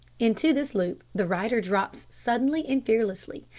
into this loop the rider drops suddenly and fearlessly,